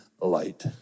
light